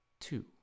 two